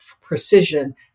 precision